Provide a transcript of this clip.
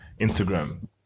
Instagram